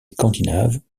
scandinaves